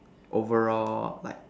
overall like